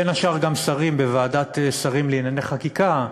בין השאר גם שרים בוועדת השרים לענייני חקיקה,